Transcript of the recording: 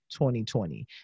2020